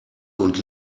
und